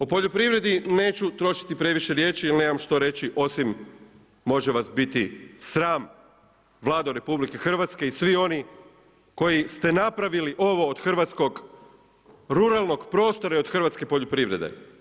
O poljoprivredi neću trošiti previše riječi jer nemam što reći osim može vas biti sram Vlado RH i svi oni koji ste napravili ovo od hrvatskog ruralnog prostora i od hrvatske poljoprivrede.